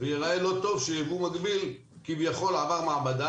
זה ייראה לא טוב שייבוא מקביל עבר מעבדה